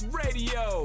radio